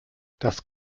das